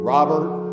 Robert